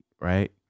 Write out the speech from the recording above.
right